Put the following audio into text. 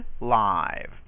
Live